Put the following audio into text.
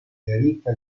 ricca